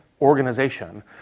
organization